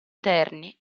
terni